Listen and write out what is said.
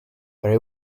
very